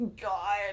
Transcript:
God